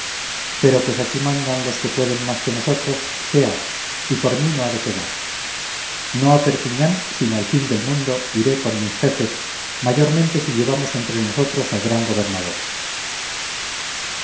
pero pues así lo mandan los que pueden más que nosotros sea y por mí no ha de quedar no a perpiñán sino al fin del mundo iré con mis jefes mayormente si llevamos entre nosotros al gran gobernador